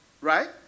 right